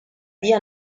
via